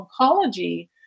oncology